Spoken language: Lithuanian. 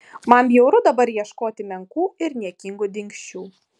man bjauru dabar ieškoti menkų ir niekingų dingsčių